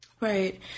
Right